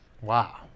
Wow